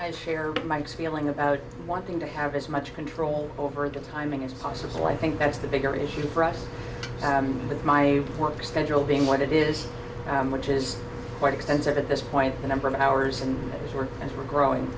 and share mike's feeling about wanting to have as much control over the timing as possible i think that's the bigger issue for us and with my work schedule being what it is and which is quite extensive at this point the number of hours and sort of are growing